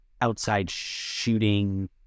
outside-shooting